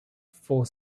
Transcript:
for